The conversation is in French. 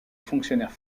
fonctionnaire